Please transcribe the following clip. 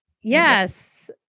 Yes